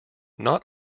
not